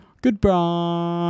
goodbye